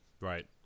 Right